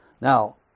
Now